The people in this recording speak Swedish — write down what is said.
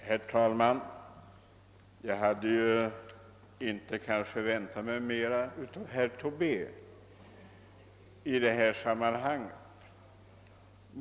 Herr talman! Jag hade kanske inte väntat mig mera av herr Tobé i detta sammanhang.